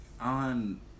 on